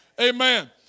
Amen